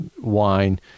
wine